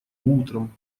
утром